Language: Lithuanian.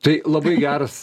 tai labai geras